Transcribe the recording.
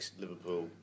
Liverpool